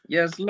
Yes